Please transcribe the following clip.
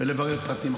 ולברר פרטים.